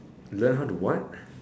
learn how to what